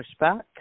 pushback